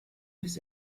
bis